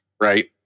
right